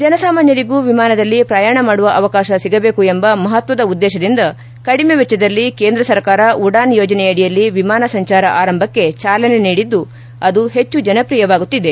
ಜನಸಾಮಾನ್ಹರಿಗೂ ವಿಮಾನದಲ್ಲಿ ಪ್ರಯಾಣ ಮಾಡುವ ಅವಕಾಶ ಸಿಗಬೇಕು ಎಂಬ ಮಹತ್ವದ ಉದ್ದೇಶದಿಂದ ಕಡಿಮೆ ವೆಚ್ಚದಲ್ಲಿ ಕೇಂದ್ರ ಸರ್ಕಾರ ಉಡಾನ್ ಯೋಜನೆಯಡಿಯಲ್ಲಿ ವಿಮಾನ ಸಂಚಾರ ಆರಂಭಕ್ಕೆ ಚಾಲನೆ ನೀಡಿದ್ದು ಅದು ಹೆಚ್ಚು ಜನಪ್ರಿಯವಾಗುತ್ತಿದೆ